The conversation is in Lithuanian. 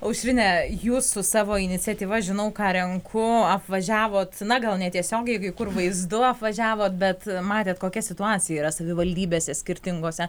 aušrine jūs su savo iniciatyva žinau ką renku apvažiavot na gal netiesiogiai kai kur vaizdu apvažiavot bet matėt kokia situacija yra savivaldybėse skirtingose